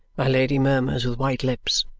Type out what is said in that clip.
my lady murmurs with white lips,